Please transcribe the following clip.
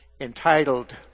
entitled